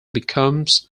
becomes